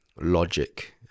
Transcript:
logic